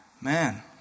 Man